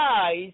guys